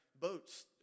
boats